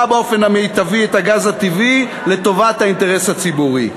באופן מיטבי את הגז הטבעי לטובת האינטרס הציבורי.